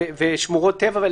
ושמורות טבע.